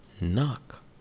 Knock